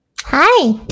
Hi